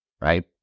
right